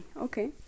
okay